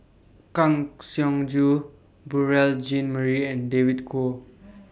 Kang Siong Joo Beurel Jean Marie and David Kwo